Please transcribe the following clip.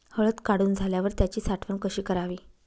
हळद काढून झाल्यावर त्याची साठवण कशी करावी?